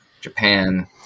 Japan